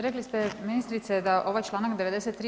Rekli ste ministrice da ovaj članak 93.